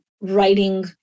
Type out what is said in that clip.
writing